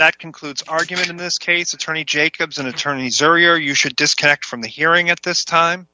that concludes argument in this case attorney jacobson attorney jerry or you should disconnect from the hearing at this time